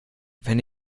wenn